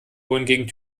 wohingegen